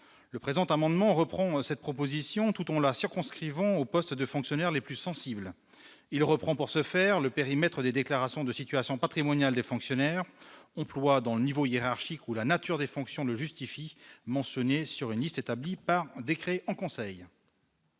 le présent amendement reprend cette proposition tout on la circonscrit vont aux postes de fonctionnaires les plus sensibles, il reprend, pour ce faire, le périmètre des déclaration de situation patrimoniale des fonctionnaires ont employes dans le niveau hiérarchique ou la nature des fonctions ne justifie mentionnées sur une liste établie par décret en conseil.